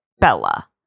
Bella